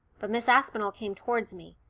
but miss aspinall came towards me,